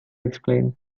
explain